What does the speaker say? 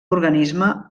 organisme